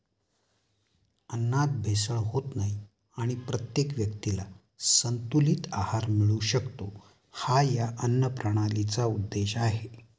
अन्नात भेसळ होत नाही आणि प्रत्येक व्यक्तीला संतुलित आहार मिळू शकतो, हा या अन्नप्रणालीचा उद्देश आहे